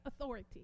authority